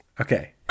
Okay